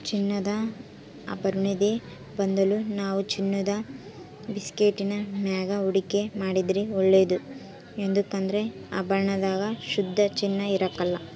ಚಿನ್ನದ ಆಭರುಣುದ್ ಬದಲು ನಾವು ಚಿನ್ನುದ ಬಿಸ್ಕೆಟ್ಟಿನ ಮ್ಯಾಗ ಹೂಡಿಕೆ ಮಾಡಿದ್ರ ಒಳ್ಳೇದು ಯದುಕಂದ್ರ ಆಭರಣದಾಗ ಶುದ್ಧ ಚಿನ್ನ ಇರಕಲ್ಲ